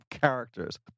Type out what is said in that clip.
characters